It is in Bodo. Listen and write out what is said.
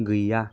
गैया